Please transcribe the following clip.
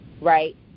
right